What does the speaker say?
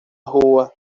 rua